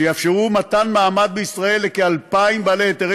שיאפשרו מתן מעמד בישראל לכ-2,000 בעלי היתרי